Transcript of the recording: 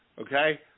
Okay